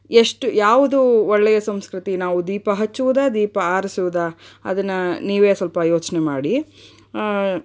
ಎಷ್ಟು ಯಾವುದು ಒಳ್ಳೆಯ ಸಂಸ್ಕೃತಿ ನಾವು ದೀಪ ಹಚ್ಚುವುದಾ ದೀಪ ಆರಿಸುವುದಾ ಅದನ್ನು ನೀವೇ ಸ್ವಲ್ಪ ಯೋಚನೆ ಮಾಡಿ